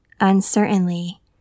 uncertainly